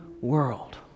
world